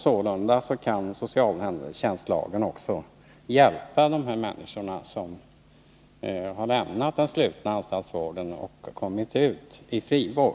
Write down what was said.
Sålunda kan socialtjänstlagen hjälpa också de människor som har lämnat den slutna anstaltsvården och kommit ut i frivård.